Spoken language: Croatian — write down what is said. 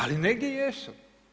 Ali negdje jesu.